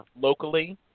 locally